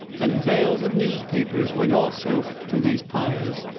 and bales of newspapers went also to these pyres.